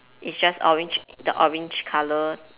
it's just orange the orange colour